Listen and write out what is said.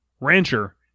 rancher